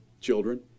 Children